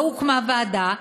לא הוקמה ועדה,